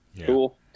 cool